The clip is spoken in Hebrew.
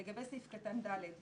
לגבי סעיף קטן (ד),